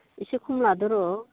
एसे खम लादो र'